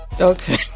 Okay